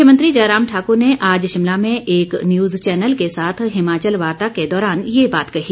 मुख्यमंत्री जयराम ठाकुर ने आज शिमला में एक न्यूज चैनल के साथ हिमाचल वार्ता के दौरान ये बात कही